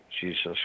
Jesus